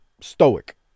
stoic